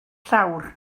llawr